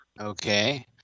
Okay